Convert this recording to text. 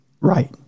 Right